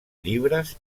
llibres